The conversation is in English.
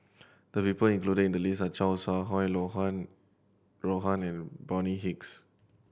the people included in the list are Chow Sau Hai Roland Huang Wenhong and Bonny Hicks